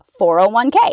401k